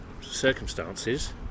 circumstances